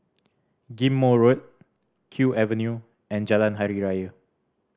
Ghim Moh Road Kew Avenue and Jalan Hari Raya